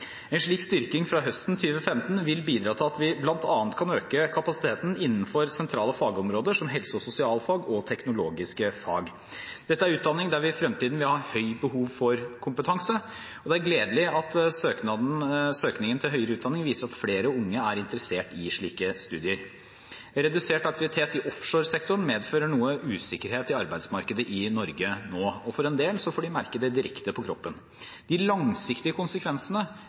En slik styrking fra høsten 2015 vil bidra til at vi bl.a. kan øke kapasiteten innenfor sentrale fagområder som helse- og sosialfag og teknologiske fag. Dette er utdanninger der vi i fremtiden vil ha stort behov for kompetanse, og det er gledelig at søkningen til høyere utdanning viser at flere unge er interessert i slike studier. Redusert aktivitet i offshoresektoren medfører noe usikkerhet i arbeidsmarkedet i Norge nå, og en del får merke det direkte på kroppen. De langsiktige konsekvensene